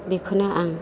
बेखोनो आं